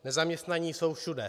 Nezaměstnaní jsou všude.